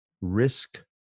risk